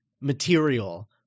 material